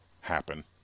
happen